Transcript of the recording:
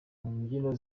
mbyino